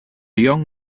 young